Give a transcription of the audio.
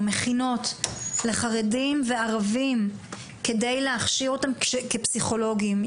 מכינות לחרדים וערבים כדי להכשיר אותם כפסיכולוגים.